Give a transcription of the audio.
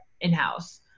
in-house